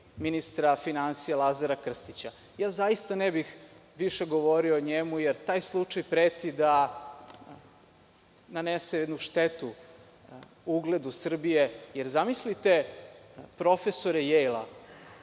ministra finansija Lazara Krstića. Zaista ne bih više govorio o njemu, jer taj slučaj preti da nanese jednu štetu ugledu Srbije. Zamislite kako će